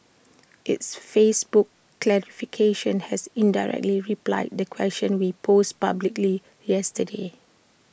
its Facebook clarification has indirectly replied the questions we posed publicly yesterday